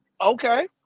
Okay